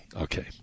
okay